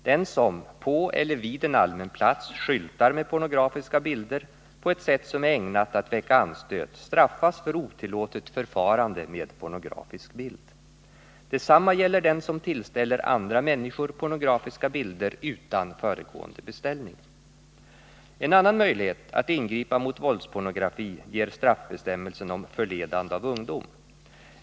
Den som på eller vid en allmän plats skyltar med pornografiska bilder på ett sätt som är ägnat att väcka anstöt straffas för otillåtet förfarande med pornografisk bild. Detsamma gäller den som tillställer andra människor pornografiska bilder utan föregående beställning. En annan möjlighet att ingripa mot våldspornografi ger straffbestämmelsen om förledande av ungdom.